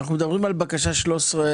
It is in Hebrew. אנחנו מדברים על בקשה 13026?